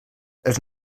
els